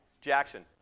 Jackson